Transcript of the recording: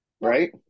Right